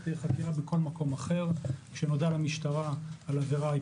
חקירה בכל מקום אחר כשנודע למשטרה על עבירה,